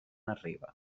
arriba